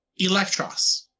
Electros